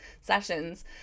sessions